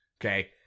Okay